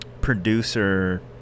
producer-